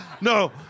No